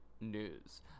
news